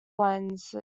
lens